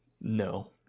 no